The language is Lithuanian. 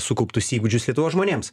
sukauptus įgūdžius lietuvos žmonėms